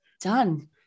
done